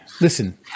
Listen